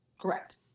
Correct